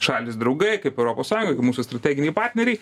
šalys draugai kaip europos sąjunga kaip mūsų strateginiai partneriai